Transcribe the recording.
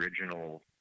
original